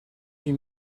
huit